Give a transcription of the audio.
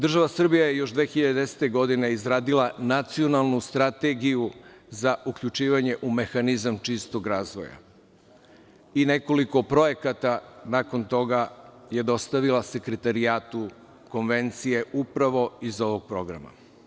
Država Srbija je još 2010. godine izradila Nacionalnu strategiju za uključivanje u mehanizam čistog razvoja i nekoliko projekata nakon toga je dostavila Sekretarijatu konvencije upravo iz ovog programa.